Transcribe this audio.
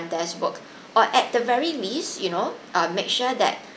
desk work or at the very least you know uh make sure that